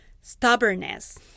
stubbornness